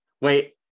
Wait